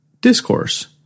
Discourse